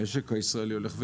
המשק הישראלי הולך וגדל,